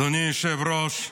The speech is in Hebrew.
אדוני היושב-ראש,